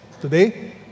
today